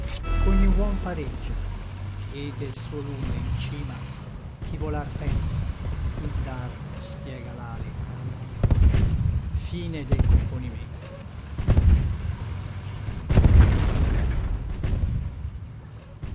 ch'ogni uom pareggia et del suo lume in cima chi volar pensa indarno spiega l'ale se